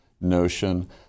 notion